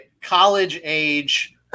college-age